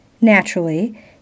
Naturally